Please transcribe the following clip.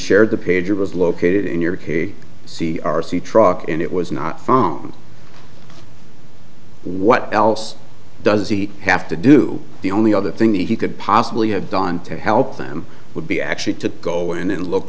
shared the pager was located in your k c r c truck and it was not found what else does he have to do the only other thing that he could possibly have done to help them would be actually to go in and look